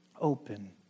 open